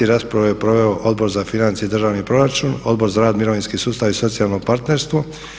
Raspravu je proveo Odbor za financije i državni proračun, Odbor za rad, mirovinski sustav i socijalno partnerstvo.